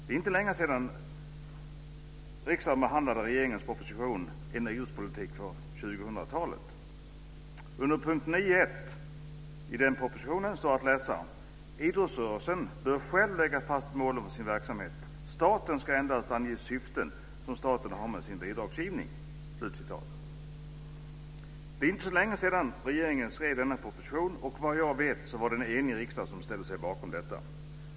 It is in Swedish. Det är inte länge sedan riksdagen behandlade regeringens proposition En idrottspolitik för 2000-talet. Under punkten 9.1 i propositionen står att läsa att idrottsrörelsen bör själv lägga fast målen för sin verksamhet. Staten ska endast ange de syften som staten har med sin bidragsgivning. Det är inte så länge sedan regeringen skrev denna proposition, och vad jag vet var det en enig riksdag som ställde sig bakom propositionen.